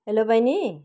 hello बैनी